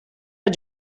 are